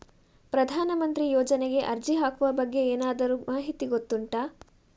ಪ್ರಧಾನ ಮಂತ್ರಿ ಯೋಜನೆಗೆ ಅರ್ಜಿ ಹಾಕುವ ಬಗ್ಗೆ ಏನಾದರೂ ಮಾಹಿತಿ ಗೊತ್ತುಂಟ?